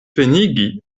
venigi